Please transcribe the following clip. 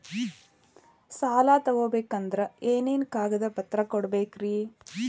ಸಾಲ ತೊಗೋಬೇಕಂದ್ರ ಏನೇನ್ ಕಾಗದಪತ್ರ ಕೊಡಬೇಕ್ರಿ?